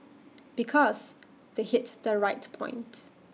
because they hit the right point